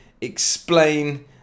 explain